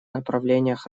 направлениях